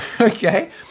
okay